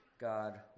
God